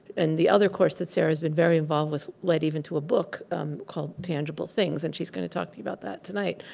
and the other course that sara has been very involved with led even to a book called tangible things, and she's going to talk to you about that tonight.